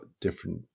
different